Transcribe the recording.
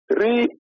Three